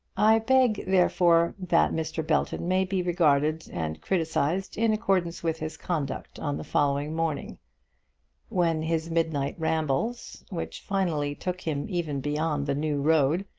i beg, therefore, that mr. belton may be regarded and criticised in accordance with his conduct on the following morning when his midnight rambles, which finally took him even beyond the new road,